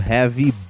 Heavy